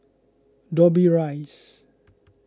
Dobbie Rise